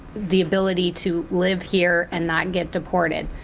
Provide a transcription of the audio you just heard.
the ability to live here and not get deported.